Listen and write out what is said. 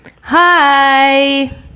Hi